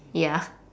ya